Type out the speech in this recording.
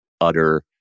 utter